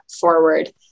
forward